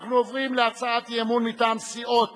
אנחנו עוברים להצעת אי-אמון מטעם סיעות